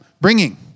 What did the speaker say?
bringing